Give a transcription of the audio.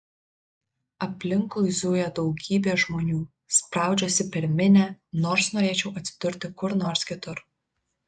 aplinkui zuja daugybė žmonių spraudžiuosi per minią nors norėčiau atsidurti kur nors kitur